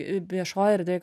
viešoj erdvėj